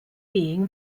being